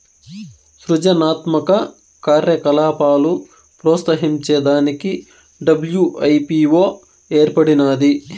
సృజనాత్మక కార్యకలాపాలు ప్రోత్సహించే దానికి డబ్ల్యూ.ఐ.పీ.వో ఏర్పడినాది